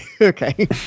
Okay